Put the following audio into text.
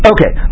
Okay